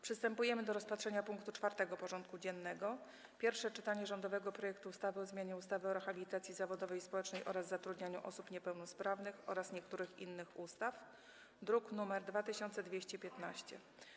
Przystępujemy do rozpatrzenia punktu 4. porządku dziennego: Pierwsze czytanie rządowego projektu ustawy o zmianie ustawy o rehabilitacji zawodowej i społecznej oraz zatrudnianiu osób niepełnosprawnych oraz niektórych innych ustaw (druk nr 2215)